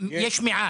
יש מעט.